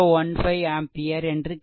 015 ampere என்று கிடைக்கிறது